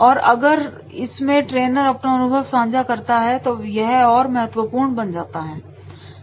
और अगर इसमें ट्रेनर अपना अनुभव सांझा करता है तो यह और महत्वपूर्ण बन जाता है